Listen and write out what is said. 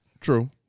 True